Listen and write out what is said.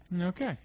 Okay